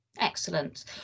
Excellent